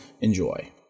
enjoy